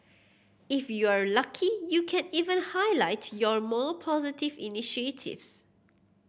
if you are lucky you can even highlight your more positive initiatives